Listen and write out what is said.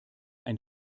ein